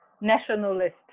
nationalist